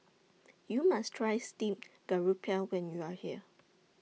YOU must Try Steamed Garoupa when YOU Are here